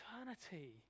eternity